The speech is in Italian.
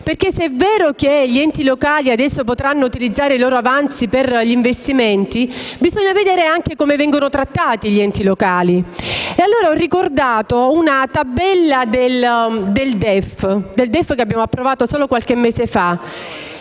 Se è vero che gli enti locali adesso potranno utilizzare i loro avanzi per gli investimenti, bisogna vedere come vengono trattati gli enti locali. Mi sono ricordata di una tabella del DEF che abbiamo approvato qualche mese fa.